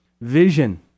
vision